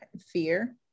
fear